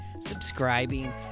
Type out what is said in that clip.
subscribing